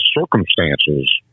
circumstances